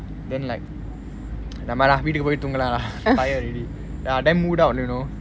then like nevermind lah வீட்டிகு போய் தூங்கலாம்:veetuku poi thungalaam lah tired already damn mood out you know